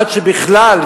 עד שבכלל,